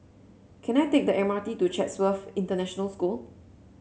can I take the M R T to Chatsworth International School